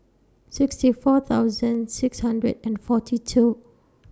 sixty four thousand six hundred and forty two